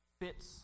fits